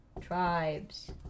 tribes